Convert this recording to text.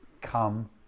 come